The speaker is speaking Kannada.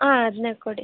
ಹಾಂ ಅದನ್ನೇ ಕೊಡಿ